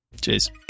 Cheers